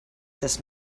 this